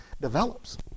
develops